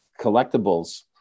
collectibles